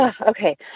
okay